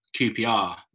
QPR